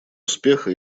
успеха